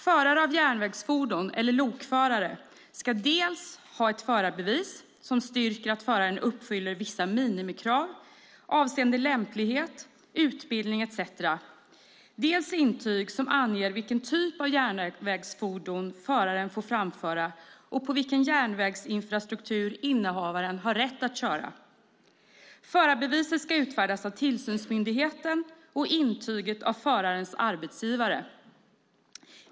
Förare av järnvägsfordon, eller lokförare, ska dels ha ett förarbevis som styrker att föraren uppfyller vissa minimikrav avseende lämplighet, utbildning etcetera, dels intyg som anger vilken typ av järnvägsfordon föraren får framföra och på vilken järnvägsinfrastruktur innehavaren har rätt att köra. Förarbeviset ska utfärdas av tillsynsmyndigheten och intyget av förarens arbetsgivare.